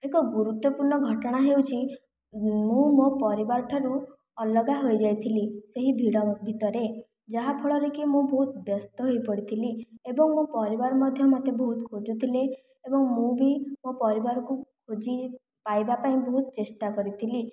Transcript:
ଏକ ଗୁରୁତ୍ୱପୂର୍ଣ୍ଣ ଘଟଣା ହେଉଛି ମୁଁ ମୋ ପରିବାରଠାରୁ ଅଲଗା ହୋଇଯାଇଥିଲି ସେହି ଭିଡ଼ ଭିତରେ ଯାହାଫଳରେ କି ମୁଁ ବହୁତ ବ୍ୟସ୍ତ ହୋଇପଡ଼ିଥିଲି ଏବଂ ମୋ ପରିବାର ମଧ୍ୟ ମୋତେ ବହୁତ ଖୋଜୁଥିଲେ ଏବଂ ମୁଁ ବି ମୋ ପରିବାରକୁ ଖୋଜି ପାଇବା ପାଇଁ ବହୁତ ଚେଷ୍ଟା କରିଥିଲି